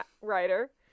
writer